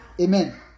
Amen